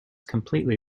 completely